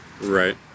Right